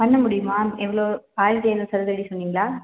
பண்ண முடியும்மா எவ்வளோ ஆயிரத்தி ஐந்நூறு சதுர அடி சொன்னீங்களா